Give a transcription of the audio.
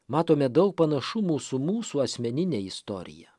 matome daug panašumų su mūsų asmenine istorija